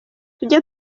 tujye